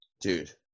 dude